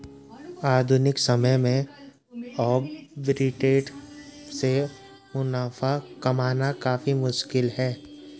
आधुनिक समय में आर्बिट्रेट से मुनाफा कमाना काफी मुश्किल है